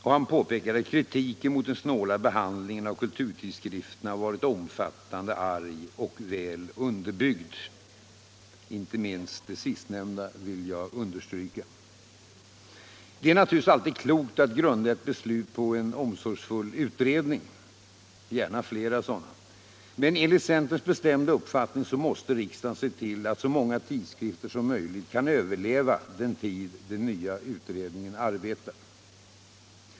Och artikelförfattaren påpekar: ”Kritiken mot den snåla behandlingen av kulturtidskrifterna har varit omfattande, arg och väl underbyggd.” Inte minst det sistnämnda vill jag understryka. Det är naturligtvis alltid klokt att grunda ett beslut på en omsorgsfull utredning — gärna flera sådana. Men enligt centerns bestämda uppfattning måste riksdagen se till att så många tidskrifter som möjligt kan överleva den tid den nya utredningen arbetar.